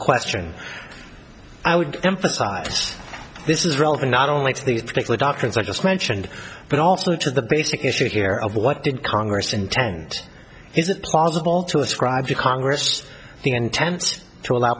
question i would emphasize this is relevant not only to these particular doctors i just mentioned but also to the basic issue here of what did congress intend is it possible to ascribe to congress the intent to allow